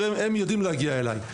יודעים להגיע אלי,